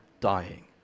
dying